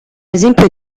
esempio